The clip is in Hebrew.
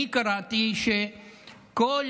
אני קראתי שכל